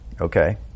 Okay